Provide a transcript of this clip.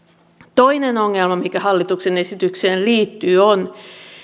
toinen ongelma mikä hallituksen esitykseen liittyy on